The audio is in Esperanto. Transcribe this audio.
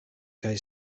kaj